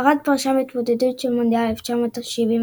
ספרד פרשה מההתמודדות על מונדיאל 1974,